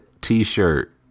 T-shirt